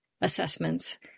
assessments